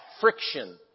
friction